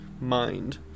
mind